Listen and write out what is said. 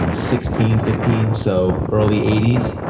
ah sixteen, fifteen, so early eighties.